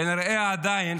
כנראה עדיין,